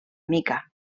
mica